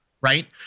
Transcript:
right